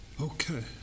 Okay